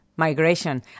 Migration